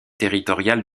territoriales